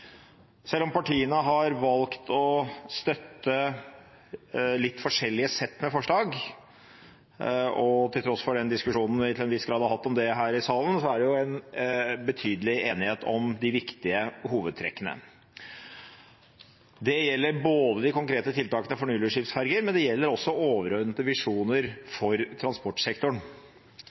Selv om partiene har valgt å støtte litt forskjellige sett med forslag, og til tross for den diskusjonen vi til en viss grad har hatt om det her i salen, er det betydelig enighet om de viktige hovedtrekkene. Det gjelder de konkrete tiltakene for nullutslippsferger, men det gjelder også overordnede